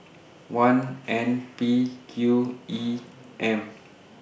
one N P Q E M